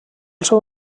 seu